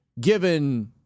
given